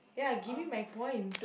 ya give me my point